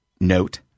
note